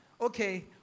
okay